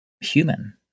human